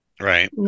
right